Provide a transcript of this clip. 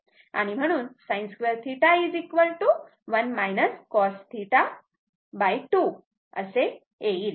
म्हणून sin2θ 1 cosθ2 असे येईल